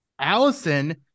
Allison